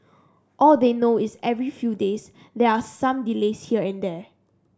all they know is every few days they are some delays here and there